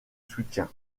soutien